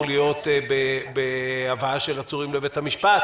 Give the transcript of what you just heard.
להיות בהבאה של עצורים לבתי המשפט?